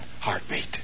heartbeat